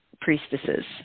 priestesses